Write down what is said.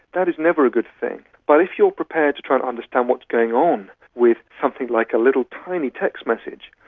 that is never a good thing, but if you are prepared to try and understand what's going on with something like a little tiny text message,